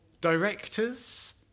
directors